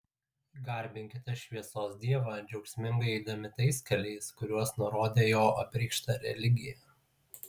garbinkite šviesos dievą džiaugsmingai eidami tais keliais kuriuos nurodė jo apreikšta religija